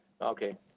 Okay